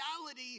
reality